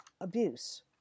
abuse